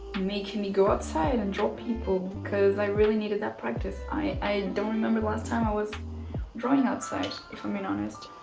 making me go outside and draw people because i really needed that practice i don't remember the last time i was drawing outside if i'm being honest.